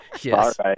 Yes